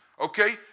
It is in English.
okay